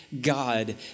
God